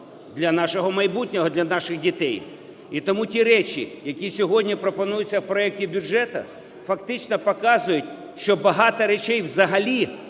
Для нашого майбутнього, для наших дітей. І тому ті речі, які сьогодні пропонуються в проекті бюджету, фактично показують, що багато речей взагалі